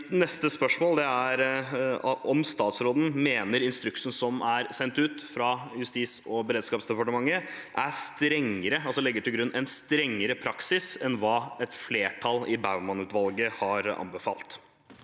neste spørsmål er om statsråden mener instruksen som er sendt ut fra Justis- og beredskapsdepartementet, er strengere, altså at den legger til grunn en strengere praksis enn hva et flertall i Baumann-utvalget har anbefalt.